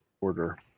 order